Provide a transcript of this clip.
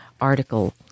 article